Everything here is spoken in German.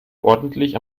ordentlich